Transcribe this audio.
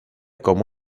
como